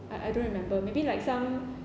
I I don't remember maybe like some